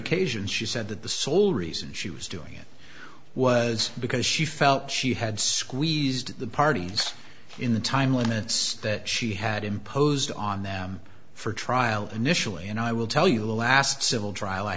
occasions she said that the sole reason she was doing it was because she felt she had squeezed the parties in the time limits that she had imposed on them for trial initially and i will tell you the last civil trial i